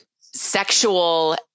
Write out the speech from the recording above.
sexual